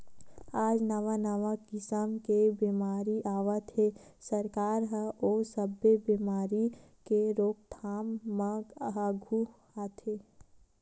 आज नवा नवा किसम के बेमारी आवत हे, सरकार ह ओ सब्बे बेमारी के रोकथाम म आघू आथे